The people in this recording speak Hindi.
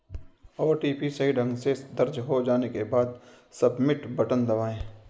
ओ.टी.पी सही ढंग से दर्ज हो जाने के बाद, सबमिट बटन दबाएं